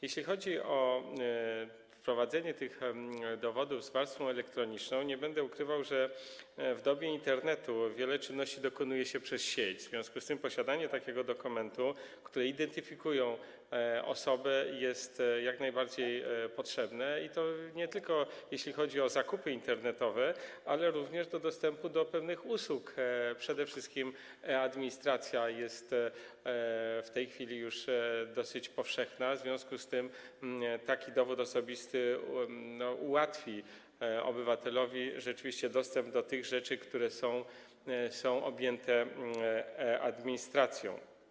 Jeśli chodzi o wprowadzenie tych dowodów z warstwą elektroniczną, to nie będę ukrywał, że w dobie Internetu wiele czynności dokonuje się przez sieć, w związku z tym posiadanie takiego dokumentu, który identyfikuje osobę, jest jak najbardziej potrzebne i to nie tylko, jeśli chodzi o zakupy internetowe, ale również do dostępu do pewnych usług, przede wszystkim e-administracja jest w tej chwili już dosyć powszechna, w związku z tym taki dowód osobisty rzeczywiście ułatwi obywatelowi dostęp do tych rzeczy, które są objęte e-administracją.